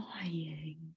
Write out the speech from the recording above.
dying